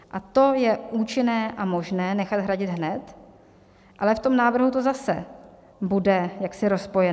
A to je účinné a možné nechat hradit hned, ale v tom návrhu to zase bude jaksi rozpojeno.